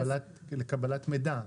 לקבלת מידע?